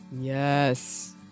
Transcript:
Yes